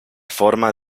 forma